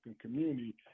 community